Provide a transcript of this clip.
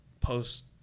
post